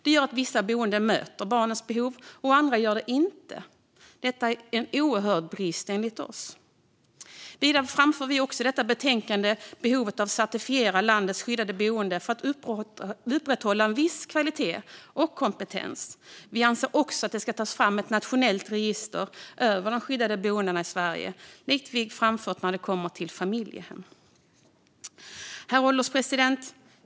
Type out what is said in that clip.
Det gör att vissa boenden möter barnens behov och andra inte. Detta är en oerhörd brist, enligt oss. Vidare framför vi i detta betänkande behovet av att certifiera landets skyddade boenden för att upprätthålla en viss kvalitet och kompetens. Vi anser också att det ska tas fram ett nationellt register över skyddade boenden i Sverige, likt det vi framfört när det kommer till familjehem. Herr ålderspresident!